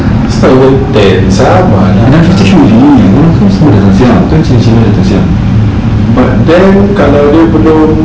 it's not even ten sabar lah but then kalau dia belum buka macam mana